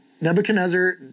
Nebuchadnezzar